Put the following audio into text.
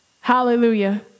Hallelujah